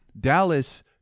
Dallas